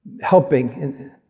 helping